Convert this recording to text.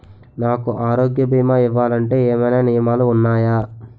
నాకు ఆరోగ్య భీమా ఇవ్వాలంటే ఏమైనా నియమాలు వున్నాయా?